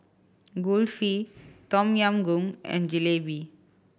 Kulfi Tom Yam Goong and Jalebi